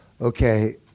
Okay